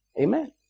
Amen